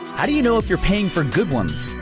how do you know if you're paying for good ones?